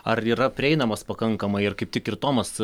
ar yra prieinamos pakankamai ir kaip tik ir tomas